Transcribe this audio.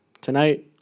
tonight